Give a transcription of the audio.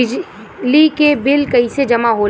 बिजली के बिल कैसे जमा होला?